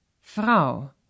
Frau